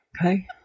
Okay